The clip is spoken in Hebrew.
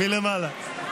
מלמעלה.